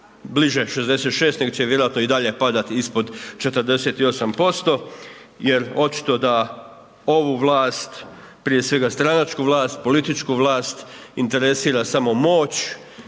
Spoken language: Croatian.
bliže 66 nego će vjerojatno i dalje padati ispod 48% jer očito da ovu vlast, prije svega stranačku vlast, politički vlast interesira samo moć,